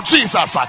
Jesus